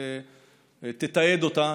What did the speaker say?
תתעד אותה,